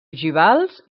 ogivals